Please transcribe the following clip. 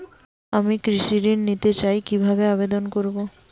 আমি কৃষি ঋণ নিতে চাই কি ভাবে আবেদন করব?